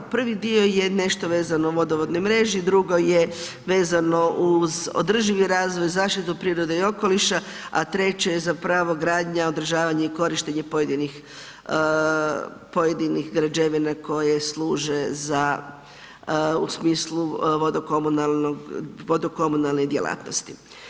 Prvi dio je nešto vezano u vodovodnoj mreži, drugo je vezano uz održivi razvoj, zaštitu prirode i okoliša a treće je zapravo gradnja, održavanje i korištenje pojedinih građevina koje služe za u smislu vodokomunalne djelatnosti.